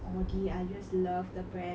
ya